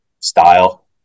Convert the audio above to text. style